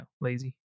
lazy